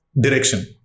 direction